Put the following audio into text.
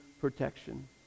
protection